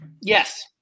Yes